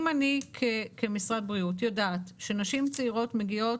אם אני כמשרד בריאות יודעת שנשים צעירות מגיעות